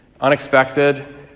Unexpected